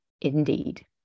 Indeed